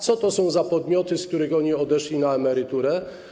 Co to są za podmioty, z których oni odeszli na emeryturę?